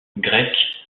grecque